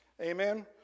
amen